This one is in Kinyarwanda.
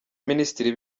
minisitiri